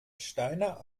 steiner